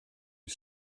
was